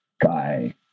guy